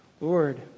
Lord